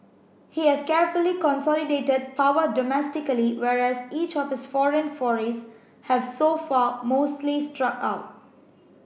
he has carefully consolidated power domestically whereas each of his foreign forays have so far mostly struck out